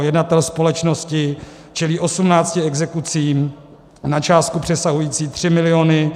Jednatel společnosti čelí osmnácti exekucím na částku přesahující 3 miliony.